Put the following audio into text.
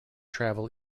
travel